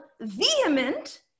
vehement